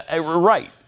Right